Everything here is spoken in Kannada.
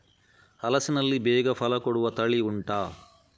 ಹಲಸಿನಲ್ಲಿ ಬೇಗ ಫಲ ಕೊಡುವ ತಳಿ ಉಂಟಾ